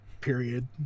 Period